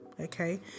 Okay